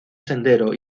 sendero